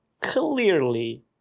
clearly